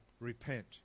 repent